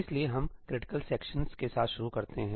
इसलिए हम critical sections के साथ शुरू करते हैं